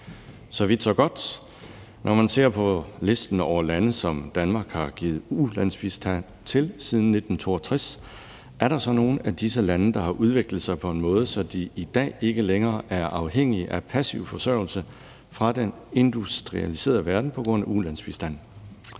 Så vidt, så godt. Når man ser på listen over lande, som Danmark har givet ulandsbistand til siden 1962, er der så nogen af disse lande, der har udviklet sig på en måde, så de i dag ikke længere er afhængige af passiv forsørgelse fra den industrialiserede verden på grund af ulandsbistanden?